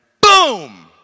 boom